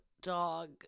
dog